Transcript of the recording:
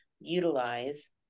utilize